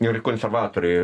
ir konservatoriai